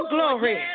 Glory